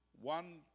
One